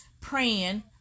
praying